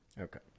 Okay